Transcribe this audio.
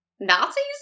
Nazis